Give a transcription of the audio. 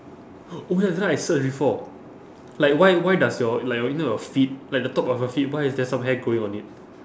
oh ya that one I search before like why why does your like you know your feet like the top of your feet why is there some hair growing on it